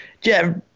Jeff